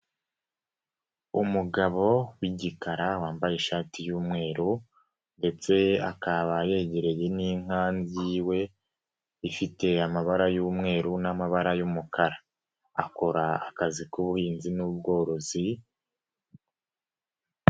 Umugabo w'igikara wambaye ishati y'umweru ndetse akaba yegereye n'inka yiwe ifite amabara y'umweru n'amabara y'umukara, akora akazi k'ubuhinzi n'ubworozi.